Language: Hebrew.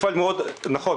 נכון,